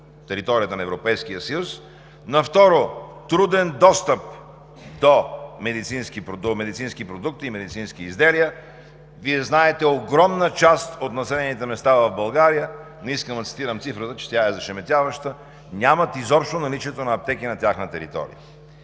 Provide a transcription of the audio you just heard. територията на Европейския съюз. На второ – труден достъп до медицински продукти и медицински изделия. Вие знаете, огромна част от населените места в България, не искам да цитирам цифрата, че тя е зашеметяваща, нямат изобщо наличие на аптеки на тяхна територия.